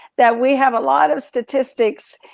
that we have a lot of statistics,